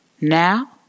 Now